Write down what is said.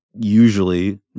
usually